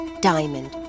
diamond